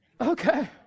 Okay